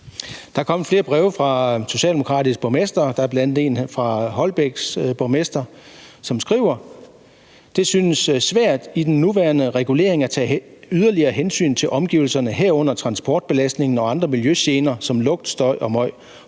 Der er kommet flere breve fra socialdemokratiske borgmestre, og der er bl.a. et fra Holbæks borgmester, som skriver: »Det synes svært i den nuværende regulering at tage yderligere hensyn til omgivelserne, herunder transportbelastningen og andre miljøgener som lugt, støj og møg